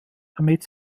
damit